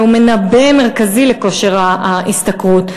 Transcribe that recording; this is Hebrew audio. והוא מנבא מרכזי לכושר ההשתכרות.